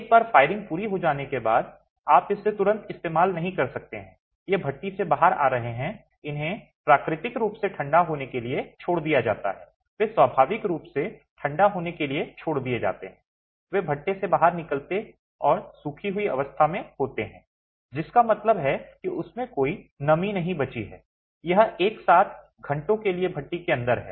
एक बार फायरिंग पूरी हो जाने के बाद आप इसे तुरंत इस्तेमाल नहीं कर सकते हैं ये भट्टी से बाहर आ रहे हैं इन्हें प्राकृतिक रूप से ठंडा होने के लिए छोड़ दिया जाता है वे स्वाभाविक रूप से ठंडा होने के लिए छोड़ दिए जाते हैं वे भट्टे से बाहर निकलते हैं और सूखी हुई अवस्था में होते हैं जिसका मतलब है कि उसमें कोई नमी नहीं बची है यह एक साथ घंटों के लिए भट्टी के अंदर है